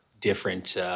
different